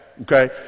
Okay